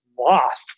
lost